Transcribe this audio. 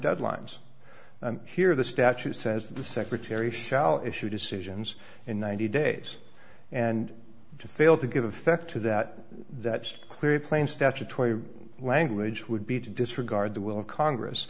deadlines and here the statute says the secretary shall issue decisions in ninety days and fail to give effect to that that's clear plain statutory language would be to disregard the will of congress